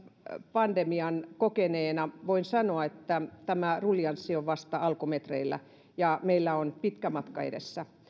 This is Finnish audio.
pandemian kokeneena voin sanoa että tämä ruljanssi on vasta alkumetreillä ja meillä on pitkä matka edessä